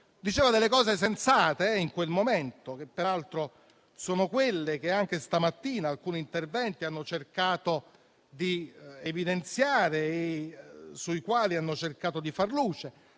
Diceva delle cose sensate in quel momento, che peraltro sono quelle che anche stamattina alcuni colleghi nei loro interventi hanno cercato di evidenziare e sulle quali hanno cercato di far luce